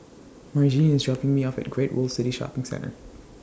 Margene IS dropping Me off At Great World City Shopping Centre